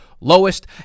lowest